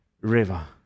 river